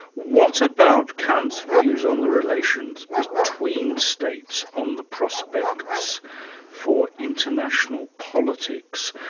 what about kant's views on the relations between states on the prospects for international politics?